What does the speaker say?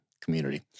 community